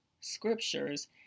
scriptures